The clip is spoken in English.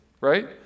right